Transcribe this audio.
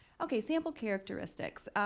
okay. sample characteristics.